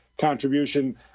contribution